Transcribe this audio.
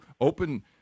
open